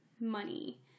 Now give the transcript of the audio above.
money